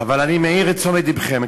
אבל אני מעיר לתשומת לבכם.